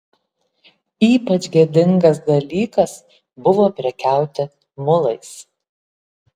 ypač gėdingas dalykas buvo prekiauti mulais